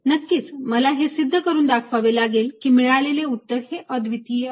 नक्कीच मला हे सिद्ध करून दाखवावे लागेल की मिळालेले उत्तर हे अद्वितीय आहे